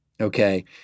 Okay